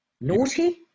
naughty